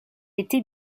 été